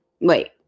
Wait